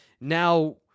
now